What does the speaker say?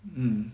um